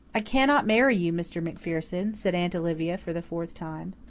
i cannot marry you, mr. macpherson, said aunt olivia for the fourth time.